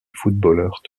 footballeurs